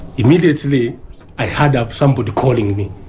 immediately i had ah somebody calling me.